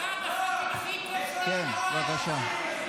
כן, בבקשה.